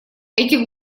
эти